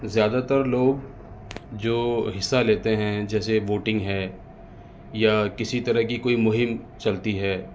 زیادہ تر لوگ جو حصہ لیتے ہیں جیسے ووٹنگ ہے یا کسی طرح کی کوئی مہم چلتی ہے